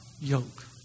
yoke